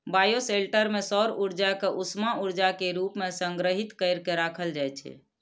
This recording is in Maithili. बायोशेल्टर मे सौर ऊर्जा कें उष्मा ऊर्जा के रूप मे संग्रहीत कैर के राखल जाइ छै